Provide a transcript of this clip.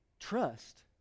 trust